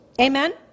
Amen